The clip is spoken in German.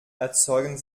erzeugen